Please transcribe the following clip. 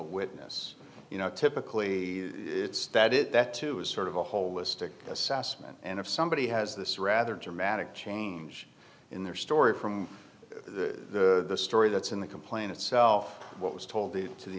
a witness you know typically it's that it that too is sort of a holistic assassin and if somebody has this rather dramatic change in their story from the story that's in the complaint itself what was told the to the